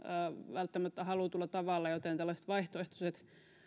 välttämättä halutulla tavalla joten on tärkeää että on tällaisia vaihtoehtoisia